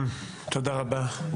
תודה רבה.